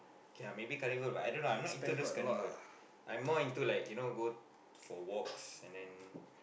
k lah maybe carnival but I don't know I not into those carnival I'm more into like you know go for walks and then